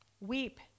Weep